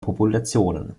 populationen